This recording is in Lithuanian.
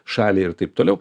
šaliai ir taip toliau